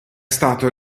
stato